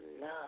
Love